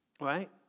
right